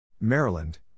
Maryland